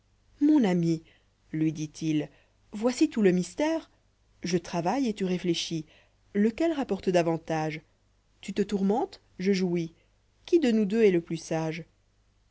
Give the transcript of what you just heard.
mon ami lui dit-il voici tout le mystère je travaille et tu réfléchis lequel rapporte davantage tu té tourmentes jc'jouis qui de nous deux est le plus sage